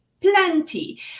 plenty